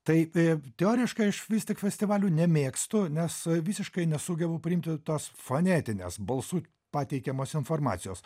tai teoriškai aš vis tik festivalių nemėgstu nes visiškai nesugebu priimti tos fonetinės balsu pateikiamos informacijos